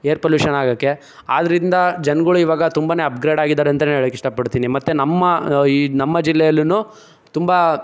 air pollution ಆಗೋಕ್ಕೆ ಆದ್ದರಿಂದ ಜನಗಳು ಈವಾಗ ತುಂಬಾ ಅಪ್ಗ್ರೇಡ್ ಆಗಿದ್ದಾರೆ ಅಂತಾನೆ ಹೇಳಕ್ಕೆ ಇಷ್ಟಪಡ್ತೀನಿ ಮತ್ತು ನಮ್ಮ ಈ ನಮ್ಮ ಜಿಲ್ಲೆಯಲ್ಲು ತುಂಬ